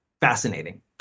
fascinating